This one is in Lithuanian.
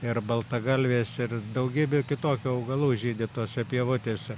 ir baltagalvės ir daugybė kitokių augalų žydi tose pievutėse